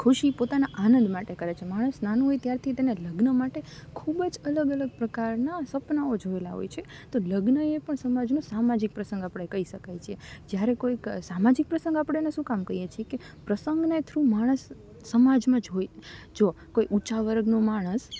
ખુશી પોતાના આનંદ માટે કરે છે માણસ નાનો હોય ત્યારથી તેને લગ્ન માટે ખૂબ જ અલગ અલગ પ્રકારના સપનાઓ જોયેલા હોય છે તો લગ્ન એ પણ સમાજનો સામાજિક પ્રસંગ આપણે કહી શકાય છે જ્યારે કોઈક સામાજિક પ્રસંગ આપણે એને શુ કામ કહીએ છીએ કે પ્રસંગને થ્રુ માણસ સમાજમાં જોઈ જોવો કોઈ ઊંચા વર્ગનો માણસ